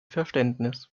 verständnis